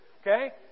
Okay